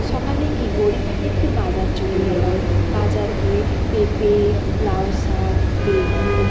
সকালে কী করি একটু বাজার চলে গেলাম বাজার গিয়ে পেঁপে লাউ শাক বেগুন